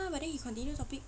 mah but then he continue topic